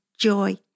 joy